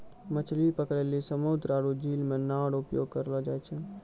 मछली पकड़ै लेली समुन्द्र आरु झील मे नांव रो उपयोग करलो जाय छै